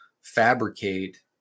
fabricate